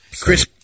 Chris